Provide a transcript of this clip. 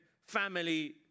family